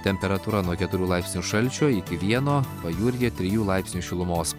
temperatūra nuo keturių laipsnių šalčio iki vieno pajūryje trijų laipsnių šilumos